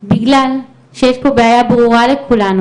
בגלל שיש פה בעיה ברורה לכולנו,